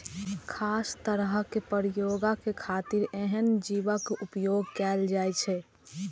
खास तरहक प्रयोग के खातिर एहन जीवक उपोयग कैल जाइ छै